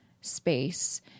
space